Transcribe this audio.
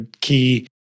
key